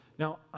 Now